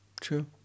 true